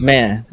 Man